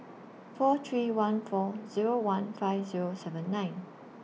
four three one four Zero one five Zero seven nine